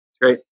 Great